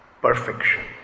perfection